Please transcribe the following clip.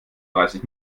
dreißig